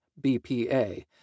BPA